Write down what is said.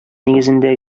нигезендә